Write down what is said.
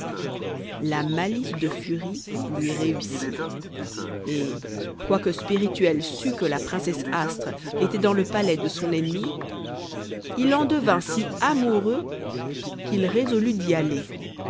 la malice de furie lui réussit et quoique spirituel sût que la princesse astre était dans le palais de son ennemie il en devint si amoureux qu'il résolut d'y aller